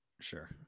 sure